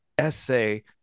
essay